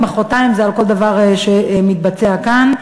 ומחרתיים זה על כל דבר שנעשה כאן.